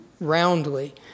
roundly